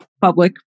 public